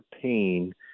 pain